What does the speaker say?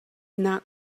not